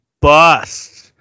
bust